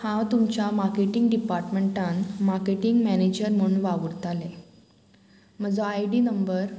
हांव तुमच्या माकेटींग डिपार्टमेंटान माकेटींग मॅनेजर म्हूण वावुरताले म्हजो आय डी नंबर